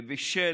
בשל